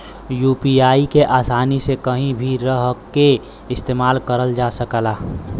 UPI के आसानी से कहीं भी रहके इस्तेमाल करल जा सकला